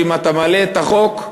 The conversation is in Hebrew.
שאם אתה מעלה בחוק,